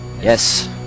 Yes